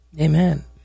amen